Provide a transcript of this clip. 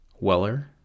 Weller